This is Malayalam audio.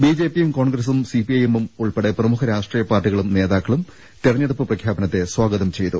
ബിജെപിയും കോൺഗ്രസും സിപിഐഎമ്മും ഉൾപ്പെടെ പ്രമുഖ രാഷ്ട്രീയ പാർട്ടികളും നേതാക്കളും തെരഞ്ഞെടുപ്പ് പ്രഖ്യാപനത്തെ സ്വാഗതം ചെയ്തു